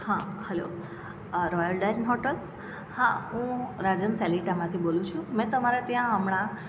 હા hello royal dine hotel હા હું રાજન સેલિટામાંથી બોલું છું મેં તમારા ત્યાં હમણાં